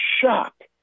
shocked